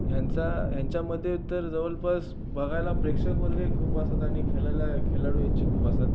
ह्यांचा ह्यांच्यामध्ये तर जवळपास बघायला प्रेक्षक वर्गही खूप असतात आणि खेळायला खेळाडू इच्छुक खूप असतात